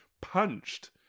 punched